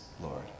Lord